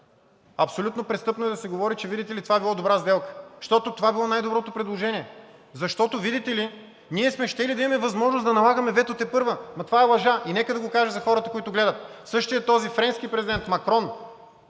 абсолютно престъпно е да се говори, че видите ли, това било добра сделка, защото това било най-доброто предложение, защото, видите ли, ние сме щели да имаме възможност да налагаме вето тепърва. Ама това е лъжа! И нека да го кажа за хората, които гледат, същият този френски президент Макрон